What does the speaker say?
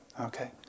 Okay